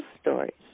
Stories